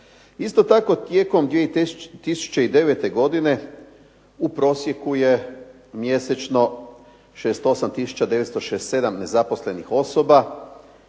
Isto tako tijekom 2009. godine u prosjeku je mjesečno 68 tisuća 967 nezaposlenih osoba